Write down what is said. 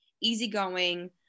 easygoing